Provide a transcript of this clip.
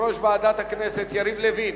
יושב-ראש ועדת הכנסת יריב לוין,